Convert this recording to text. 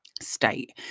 state